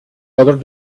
other